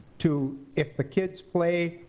to if the kids play,